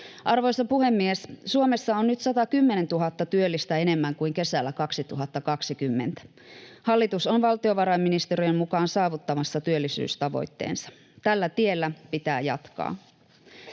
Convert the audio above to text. Arvoisa puhemies! Suomessa on nyt 110 000 työllistä enemmän kuin kesällä 2020. Hallitus on valtiovarainministeriön mukaan saavuttamassa työllisyystavoitteensa. Tällä tiellä pitää jatkaa.